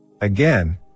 Again